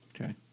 Okay